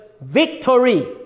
victory